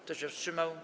Kto się wstrzymał?